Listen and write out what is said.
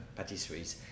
patisseries